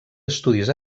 estudis